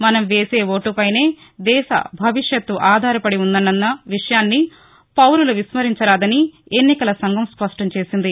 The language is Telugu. మనం వేసే ఓటుపైనే దేశ భవిష్యత్తు ఆధారపడి ఉంటుందన్న విషయాన్ని పౌరులు విస్మరించరాదని ఎన్నికల సంఘం స్పష్టం చేసింది